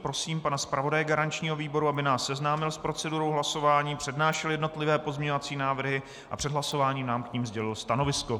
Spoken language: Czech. Prosím pana zpravodaje garančního výboru, aby nás seznámil s procedurou hlasování, přednášel jednotlivé pozměňovací návrhy a před hlasováním nám k nim sdělil stanovisko.